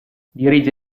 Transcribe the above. dirige